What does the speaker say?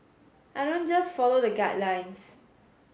I don't just follow the guidelines